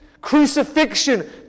Crucifixion